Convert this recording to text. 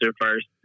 first